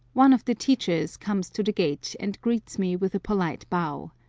one of the teachers comes to the gate and greets me with a polite bow.